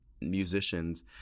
musicians